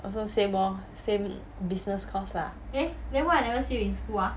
also same lor same business course lah